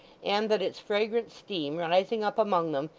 and that its fragrant steam, rising up among them,